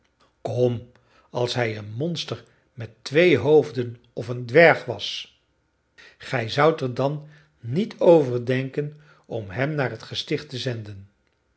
kom als hij een monster met twee hoofden of een dwerg was gij zoudt er dan niet over denken om hem naar het gesticht te zenden